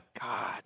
god